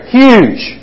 huge